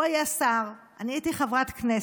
הוא היה שר, אני הייתי חברת כנסת.